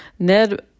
Ned